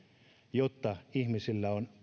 jotta ihmisillä on